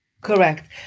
Correct